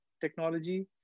technology